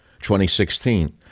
2016